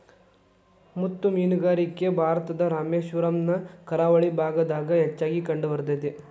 ಮುತ್ತು ಮೇನುಗಾರಿಕೆ ಭಾರತದ ರಾಮೇಶ್ವರಮ್ ನ ಕರಾವಳಿ ಭಾಗದಾಗ ಹೆಚ್ಚಾಗಿ ಕಂಡಬರ್ತೇತಿ